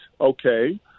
okay